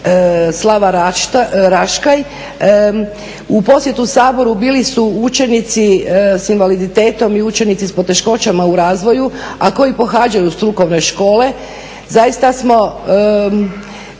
Slava Raškaj. U posjetu Saboru bili su učenici s invaliditetom i učenici sa poteškoćama u razvoju a koji pohađaju strukovne škole. Zaista smo,